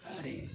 आरो